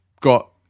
got